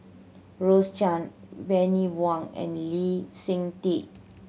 Rose Chan Bani Buang and Lee Seng Tee